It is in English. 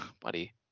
Buddy